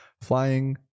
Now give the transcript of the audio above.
Flying